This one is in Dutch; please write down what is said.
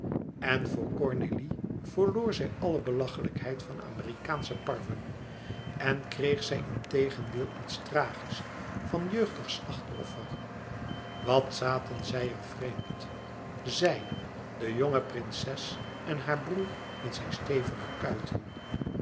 en voor cornélie verloor zij alle belachelijkheid van amerikaansche parvenue en kreeg zij integendeel iets tragisch van jeugdig slachtoffer wat zaten zij er vreemd zij de jonge prinses en haar broêr met zijn stevige kuiten